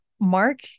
Mark